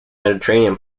mediterranean